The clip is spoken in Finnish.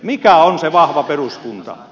mikä on se vahva peruskunta